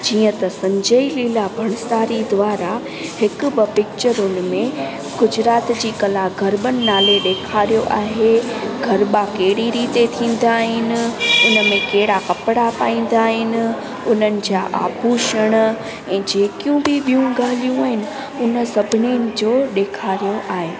जीअं त संजय लीला भंसाली द्वारा हिकु ॿ पिक्चरुनि में गुजरात जी कला गरबनि नाले ॾेखारियो आहे गरबा कहिड़ी रीते थींदा आहिनि हुन में कहिड़ा कपिड़ा पाईंदा आहिनि उन्हनि जा आभूषण ऐं जेकियूं बि ॿियूं ॻाल्हियूं आहिनि हुन सभिनिनि जो ॾेखारियो आहे